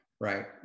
right